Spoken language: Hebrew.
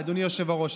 אדוני יושב הראש,